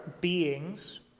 beings